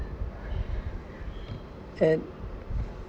and